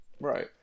Right